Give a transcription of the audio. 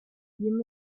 you